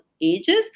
ages